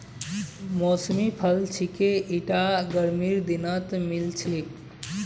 मौसमी फल छिके ईटा गर्मीर दिनत मिल छेक